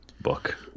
book